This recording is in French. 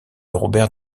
robert